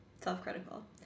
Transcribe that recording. self-critical